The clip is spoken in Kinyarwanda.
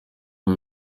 bwa